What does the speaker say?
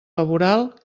laboral